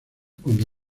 cuando